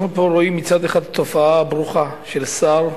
אנחנו רואים פה מצד אחד תופעה ברוכה של שר,